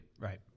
Right